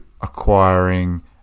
acquiring